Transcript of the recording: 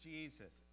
Jesus